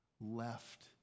left